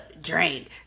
drink